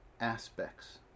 aspects